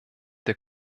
der